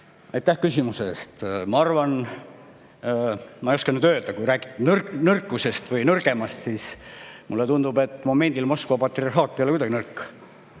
Aitäh küsimuse eest! Ma ei oska nüüd öelda, aga kui rääkida nõrkusest või nõrgemast, siis mulle tundub, et momendil Moskva patriarhaat ei ole midagi nõrk.